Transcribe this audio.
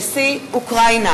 כבוד נשיא אוקראינה!